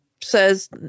says